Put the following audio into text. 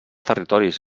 territoris